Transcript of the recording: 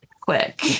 quick